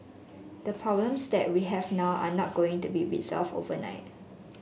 the problems that we have now are not going to be resolved overnight